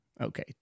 Okay